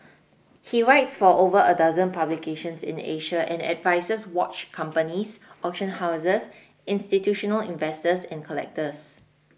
he writes for over a dozen publications in Asia and advises watch companies auction houses institutional investors and collectors